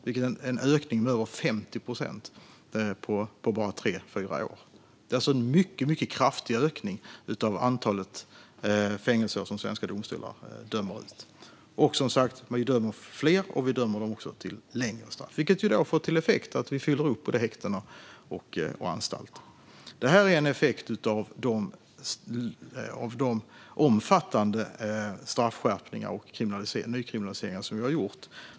Det är en ökning med över 50 procent på bara tre fyra år. Det är alltså en mycket kraftig ökning av antalet fängelseår som svenska domstolar dömer ut. Man dömer som sagt fler och även till längre straff. Och det har fått effekten att både häktena och anstalterna fylls upp. Det här är en effekt av de omfattande straffskärpningar och nykriminaliseringar som vi har gjort.